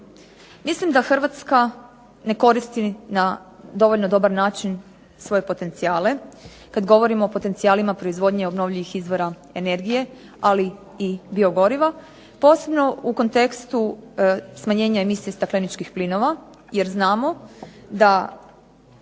Mislim da Hrvatska ne koristi na dovoljno dobar način svoje potencijale. Kad govorimo o potencijalima proizvodnje obnovljivih izvora energije, ali i biogoriva, posebno u kontekstu smanjenja emisije stakleničkih plinova jer znamo da